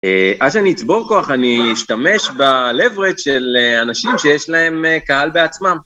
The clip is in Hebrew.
אז אני אצבור כוח, אני אשתמש ב-leverage של אנשים שיש להם קהל בעצמם.